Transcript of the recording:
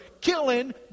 killing